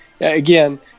again